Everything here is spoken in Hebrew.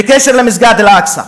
בקשר למסגד אל-אקצא,